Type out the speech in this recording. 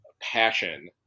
passion